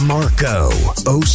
Marco